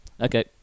Okay